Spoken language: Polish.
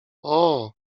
ooo